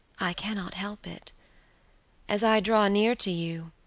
i cannot help it as i draw near to you,